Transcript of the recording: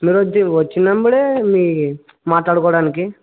మీరు వచ్చి వచ్చినప్పుడు మీ మాట్లాడుకోవడానికి